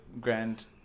Grand